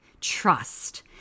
trust